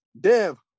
Dev